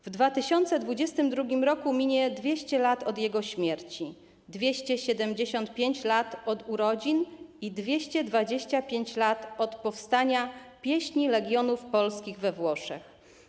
W 2022 roku minie 200 lat od jego śmierci, 275 lat od urodzin i 225 lat od powstania 'Pieśni Legionów Polskich we Włoszech'